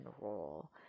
role